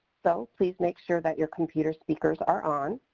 so please make sure that your computer speakers are on.